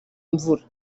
mvura